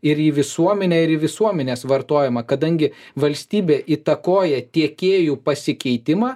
ir į visuomenę ir į visuomenės vartojimą kadangi valstybė įtakoja tiekėjų pasikeitimą